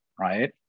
right